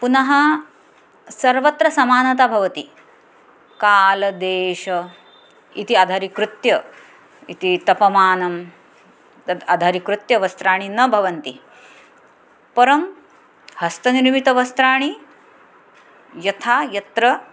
पुनः सर्वत्र समानता भवति कालः देशः इति आधारिकृत्य इति तापमानं तत् आधारिकृत्य वस्त्राणि न भवन्ति परं हस्तनिर्मितवस्त्राणि यथा यत्र